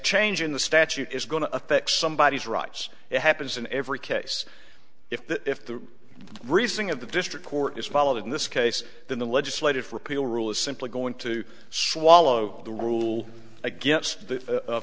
changing the statute is going to affect somebody has rights it happens in every case if that if the reasoning of the district court is followed in this case then the legislative repeal rule is simply going to swallow the rule against